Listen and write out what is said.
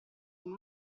come